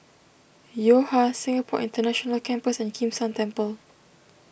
Yo Ha Singapore International Campus and Kim San Temple